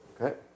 Okay